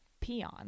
peon